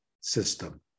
system